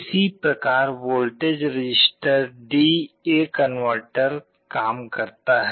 इसी प्रकार weighted register D A converter काम करता है